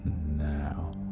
now